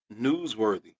newsworthy